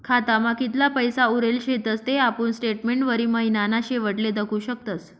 खातामा कितला पैसा उरेल शेतस ते आपुन स्टेटमेंटवरी महिनाना शेवटले दखु शकतस